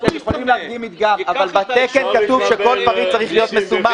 אתם יכולים להגיד "מדגם" אבל בתקן כתוב שכל פריט צריך להיות מסומן.